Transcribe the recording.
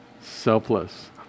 selfless